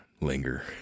Linger